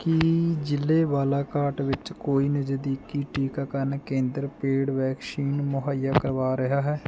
ਕੀ ਜ਼ਿਲ੍ਹੇ ਬਾਲਾਘਾਟ ਵਿੱਚ ਕੋਈ ਨਜ਼ਦੀਕੀ ਟੀਕਾਕਰਨ ਕੇਂਦਰ ਪੇਡ ਵੈਕਸੀਨ ਮੁਹੱਈਆ ਕਰਵਾ ਰਿਹਾ ਹੈ